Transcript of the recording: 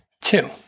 Two